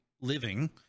living